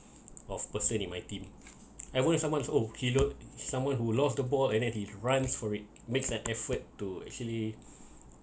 of person in my team I wouldn't someone's oh he know someone who lost the ball and then he runs for it makes an effort to actually